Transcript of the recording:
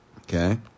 Okay